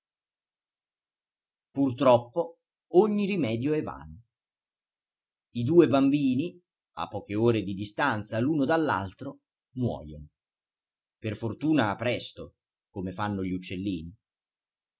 purtroppo ogni rimedio è vano i due bambini a poche ore di distanza l'uno dall'altro muojono per fortuna presto come fanno gli uccellini